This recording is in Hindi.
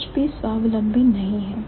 कुछ भी स्वावलंबी नहीं है